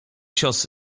cios